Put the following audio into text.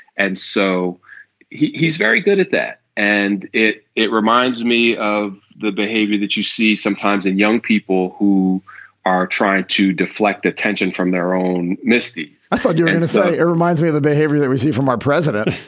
and so he's very good at that. and it it reminds me of the behavior that you see sometimes in young people who are trying to deflect attention from their own misdeeds i thought you and said it reminds me of the behavior that we see from our president